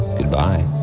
goodbye